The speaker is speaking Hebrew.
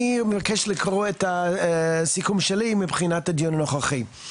אני מבקש לקרוא את הסיכום שלי מבחינת הדיון הנוכחי.